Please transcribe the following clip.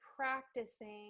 practicing